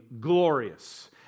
glorious